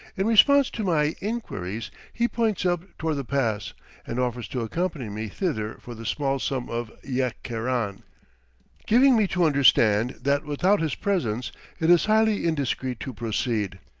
in response to my inquiries, he points up toward the pass and offers to accompany me thither for the small sum of yek keran giving me to understand that without his presence it is highly indiscreet to proceed.